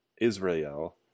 Israel